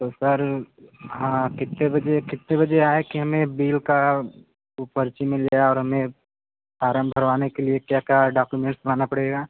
तो सर हाँ कितने बजे कितने बजे आए कि हमें बिल का वो पर्ची मिल जाए और हमें फारम भरवाने के लिए क्या क्या डोक्यूमेंस लाना पड़ेगा